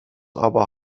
aber